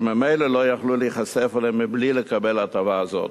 שממילא לא יכלו להיחשף אליהם בלי לקבל הטבה זאת.